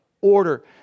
order